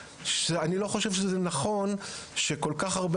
אני לא חושב שזה נכון שכל כך הרבה